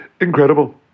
Incredible